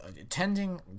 attending